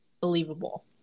believable